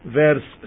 verse